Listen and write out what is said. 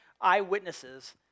eyewitnesses